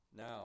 Now